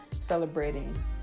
celebrating